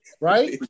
Right